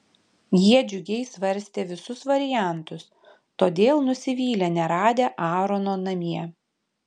jie džiugiai svarstė visus variantus todėl nusivylė neradę aarono namie